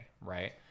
right